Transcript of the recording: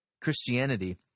Christianity